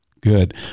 Good